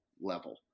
level